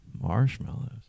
Marshmallows